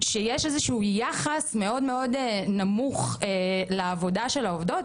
שיש איזה שהוא יחס מאוד מאוד נמוך לעבודה של העבודות.